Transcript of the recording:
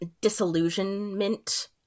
disillusionment